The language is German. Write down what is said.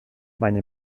meine